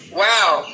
wow